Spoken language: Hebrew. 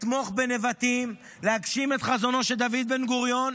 לתמוך בנבטים, להגשים את חזונו של דוד בן-גוריון,